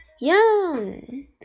Yum